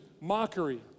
Mockery